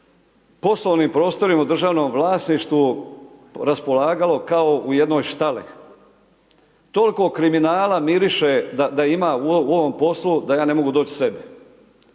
poslovni prostori u državnom vlasništvu raspolagalo kao u jednoj štali, toliko kriminala miriše da ima u ovom poslu da ja ne mogu doći sebi.